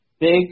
Big